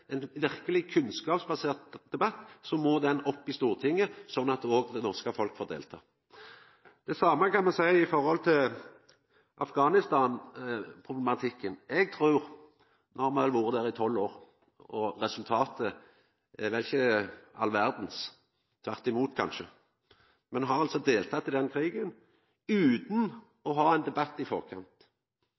ein verkeleg kunnskapsbasert debatt, må han opp i Stortinget, sånn at det norske folk òg får delta. Det same kan me seie når det gjeld Afghanistan-problematikken. Nå har me vel vore der i tolv år, og resultatet er ikkje all verda – tvert imot, kanskje. Me har altså deltatt i den krigen utan å ha hatt ein debatt i forkant.